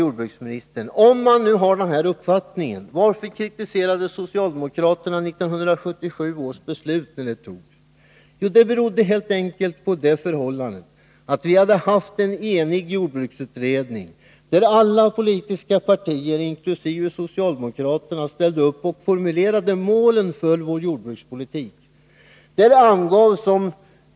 Jordbruksministern säger: Om man nu har den här uppfattningen, varför kritiserade då socialdemokraterna 1977 års beslut när detta fattades? Jo, det berodde helt enkelt på att vi hade haft en enig jordbruksutredning, där alla politiska partier — inkl. socialdemokraterna — ställde upp och formulerade målen för vår jordbrukspolitik.